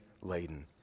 laden